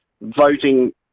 voting